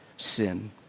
sin